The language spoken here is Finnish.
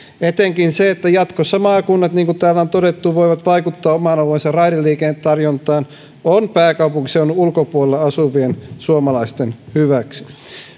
etenkin se että jatkossa maakunnat niin kuin täällä on todettu voivat vaikuttaa oman alueensa raideliikennetarjontaan on pääkaupunkiseudun ulkopuolella asuvien suomalaisten hyväksi